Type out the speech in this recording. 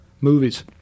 movies